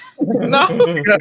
No